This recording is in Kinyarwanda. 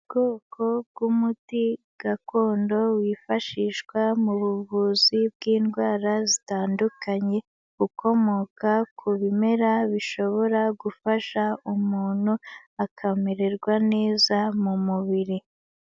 Ubwoko bw'umuti gakondo wifashishwa mu buvuzi bw'indwara zitandukanye, ukomoka ku bimera bishobora gufasha umuntu akamererwa neza mu mubiri.